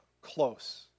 close